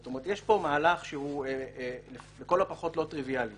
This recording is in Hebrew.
זאת אומרת: יש פה מהלך שהוא לכל הפחות לא טריוויאלי